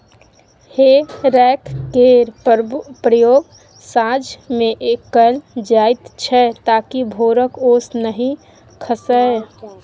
हे रैक केर प्रयोग साँझ मे कएल जाइत छै ताकि भोरक ओस नहि खसय